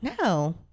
No